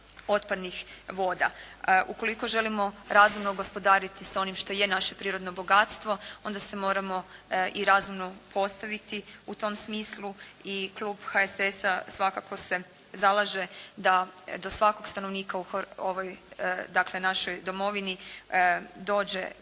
otpadnih voda. Ukoliko želimo razumno gospodariti sa onim što je naše prirodno bogatstvo onda se moramo i razumno postaviti u tom smislu i klub HSS-a svakako se zalaže da do svakog stanovnika u ovoj dakle